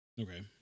Okay